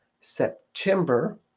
September